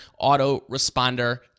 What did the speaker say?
autoresponder